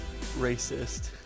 racist